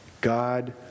God